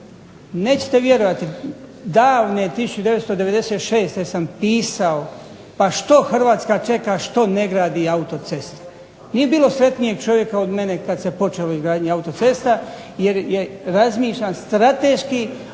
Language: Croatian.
Nećete vjerovati, davne 1996. sam pisao pa što Hrvatska čeka, što ne gradi autoceste. Nije bilo sretnijeg čovjeka od mene kada je počela izgradnja autocesta, jer razmišljam strateški,